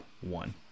one